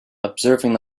observing